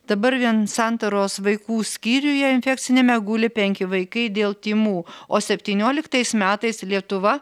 dabar vien santaros vaikų skyriuje infekciniame guli penki vaikai dėl tymų o septynioliktais metais lietuva